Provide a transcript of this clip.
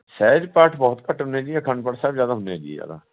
ਸਹਿਜ ਪਾਠ ਬਹੁਤ ਘੱਟ ਹੁੰਦੇ ਜੀ ਅਖੰਡ ਪਾਠ ਸਾਹਿਬ ਜ਼ਿਆਦਾ ਹੁੰਦੇ ਆ ਜੀ ਜ਼ਿਆਦਾ